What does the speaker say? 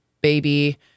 baby